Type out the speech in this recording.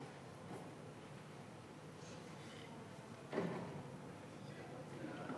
ההצעה להעביר את